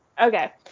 Okay